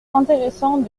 intéressant